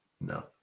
No